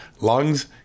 lungs